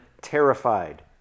terrified